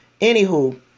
anywho